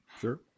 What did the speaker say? Sure